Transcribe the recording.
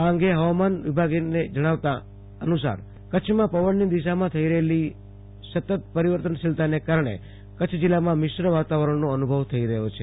આ અંગે હવામાન વિભાગોના જણવ્યા અનુસાર કચ્છમાં પવનની દિશામાં થઈ રહેલા મતત પરિવર્તનના કારણ જિલ્લામાં મિશ્ર વાતાવરણ અનુભવાઈ રહયું છ